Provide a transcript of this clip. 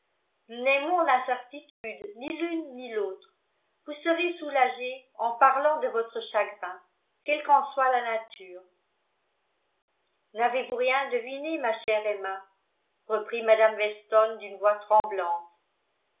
n'aimons l'incertitude ni l'une ni l'autre vous serez soulagée en parlant de votre chagrin quelqu'en soit la nature n'avez-vous rien deviné ma chère emma reprit mme weston d'une voix tremblante